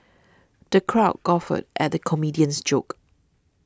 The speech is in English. the crowd guffawed at the comedian's jokes